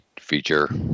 feature